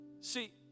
See